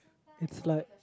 is like